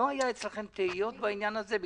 לא היה אצלכם תהיות בעניין הזה?